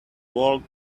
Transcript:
world